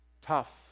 tough